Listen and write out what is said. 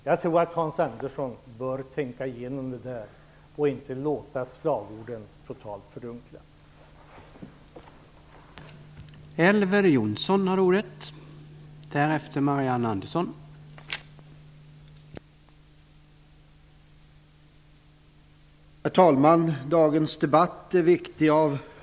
Jag tror att Hans Andersson bör tänka igenom detta och inte låta slagorden totalt fördunkla resonemangen.